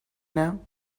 now